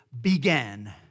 began